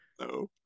No